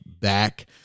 back